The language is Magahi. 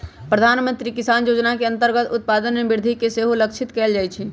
प्रधानमंत्री किसान जोजना के अंतर्गत उत्पादन में वृद्धि के सेहो लक्षित कएल जाइ छै